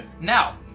Now